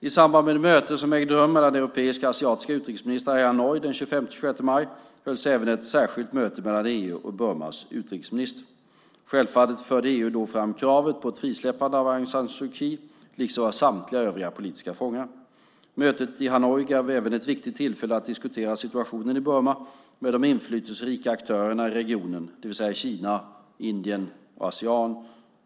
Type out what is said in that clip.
I samband med det möte som ägde rum mellan europeiska och asiatiska utrikesministrar i Hanoi den 25-26 maj hölls även ett särskilt möte mellan EU och Burmas utrikesminister. Självfallet förde EU då fram kravet på ett frisläppande av Aung San Suu Kyi, liksom av samtliga övriga politiska fångar. Mötet i Hanoi gav även ett viktigt tillfälle att diskutera situationen i Burma med de inflytelserika aktörerna i regionen, det vill säga Kina, Indien och Asean.